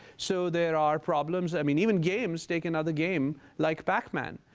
so there are problems i mean, even games take another game, like pac-man,